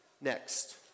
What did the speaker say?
Next